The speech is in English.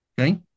Okay